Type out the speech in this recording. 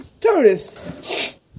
tourists